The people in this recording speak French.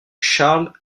charles